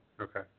Okay